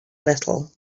little